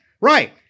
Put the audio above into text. Right